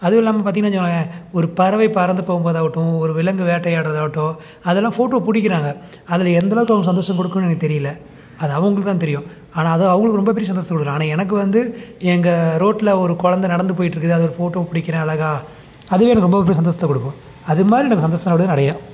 அதுவும் இல்லாமல் பார்த்திங்கன்னா வச்சுங்களேன் ஒரு பறவை பறந்து போகும் போவதாவுட்டும் ஒரு விலங்கு வேட்டையாடுறதாவுட்டும் அதெல்லாம் ஃபோட்டோ பிடிக்கிறாங்க அதில் எந்த அளவுக்கு அவங்களுக்கு சந்தோஷம் கொடுக்குன்னு எனக்கு தெரியல அது அவங்களுக்கு தான் தெரியும் ஆனால் அது அவங்களுக்கு ரொம்ப பெரிய சந்தோஷத்தை கொடுக்கலாம் ஆனால் எனக்கு வந்து எங்கள் ரோட்டில் ஒரு குழந்த நடந்து போயிட்டு இருக்குது அதை ஒரு ஃபோட்டோ பிடிக்கிறேன் அழகா அதுவே எனக்கு ரொம்ப பெரிய சந்தோஷத்தை கொடுக்கும் அது மாதிரி எனக்கு சந்தோஷத்தை கொடுக்கும் நிறையா